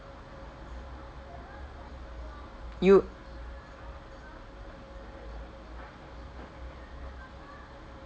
you